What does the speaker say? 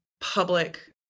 public